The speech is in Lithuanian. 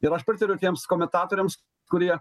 ir aš pritariu tiems komentatoriams kurie